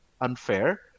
unfair